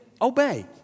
obey